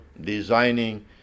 designing